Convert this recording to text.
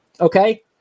okay